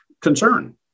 concern